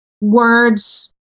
words